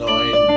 Nine